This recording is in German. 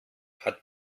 hat